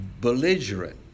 belligerent